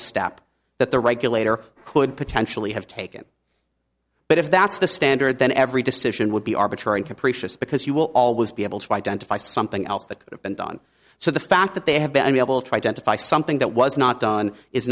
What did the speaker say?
step that the regulator could potentially have taken but if that's the standard then every decision would be arbitrary and capricious because you will always be able to identify something else that could have been done so the fact that they have been able to identify something that was not done is